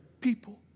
people